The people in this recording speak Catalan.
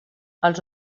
els